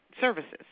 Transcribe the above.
services